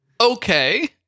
Okay